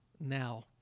now